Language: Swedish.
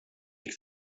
gick